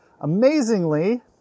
Amazingly